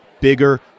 bigger